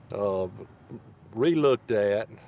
um re-looked at,